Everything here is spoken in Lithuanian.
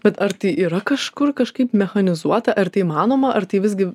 bet ar tai yra kažkur kažkaip mechanizuota ar tai įmanoma ar tai visgi